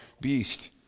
beast